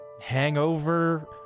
hangover